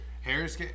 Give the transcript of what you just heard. Harris